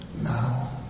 Now